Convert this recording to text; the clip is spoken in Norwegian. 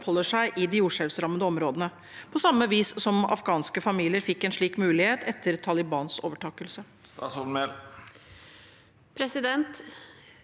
oppholder seg i de jordskjelvrammede områdene, på samme vis som afghanske familier fikk en slik mulighet etter Talibans overtagelse?»